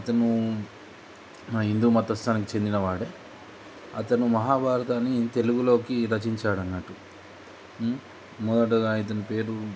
అతను హిందూ మతస్థానికి చెందినవాడే అతను మహాభారతాన్ని తెలుగులోకి రచించాడు అన్నట్టు మొదటగా ఇతను పేరు